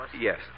Yes